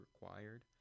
required